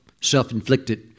Self-inflicted